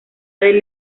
del